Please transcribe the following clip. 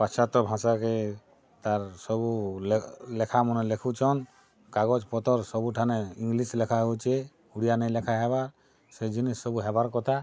ପାଶ୍ଚାତ୍ୟ ଭାଷାକେ ତା'ର୍ ସବୁ ଲେଖାମାନେ ଲେଖୁଛନ୍ କାଗଜ୍ ପତର୍ ସବୁଠାନେ ଇଂଗ୍ଲିଶ୍ ଲେଖା ହେଉଛେ ଓଡ଼ିଆ ନାଇଁ ଲେଖା ହେବାର୍ ସେ ଜିନିଷ୍ ସବୁ ହେବାର୍ କଥା